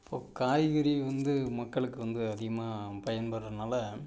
இப்போ காய்கறி வந்து மக்களுக்கு வந்து அதிகமாக பயன்படுறனால